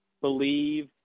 believe